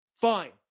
fine